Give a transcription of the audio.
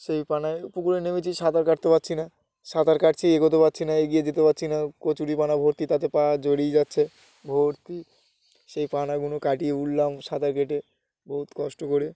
সেই পানায় পুকুরে নেমেছি সাঁতার কাটতে পারছি না সাঁতার কাটছি এগোতে পারছি না এগিয়ে যেতে পারছি না কচুরি পানা ভর্তি তাতে পা জড়িয়ে যাচ্ছে ভর্তি সেই পানাগুলো কাটিয়ে উঠলাম সাঁতার কেটে বহুত কষ্ট করে